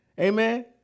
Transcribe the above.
Amen